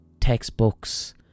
textbooks